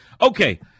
Okay